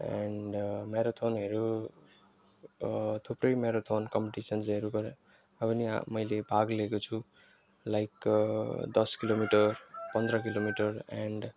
and म्याराथोनहरू थुप्रै marathon कम्पिटिसन्सहरू गएर अब नि मैले भाग लिएको छु लाइक दस किलोमिटर पन्ध्र किलोमिटर एन्ड